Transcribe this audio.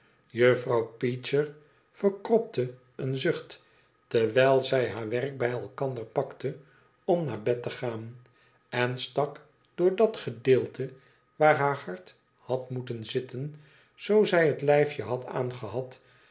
juffrouw peecher verkropte een zucht terwijl zij haar werk bij elkander pakte om naar bed te gaan en stak door dat gedeelte waar haar hart had moeten zitten zoo zij het lijfje had